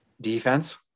defense